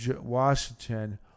Washington